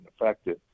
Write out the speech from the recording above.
effective